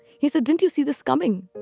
he said, don't you see this coming?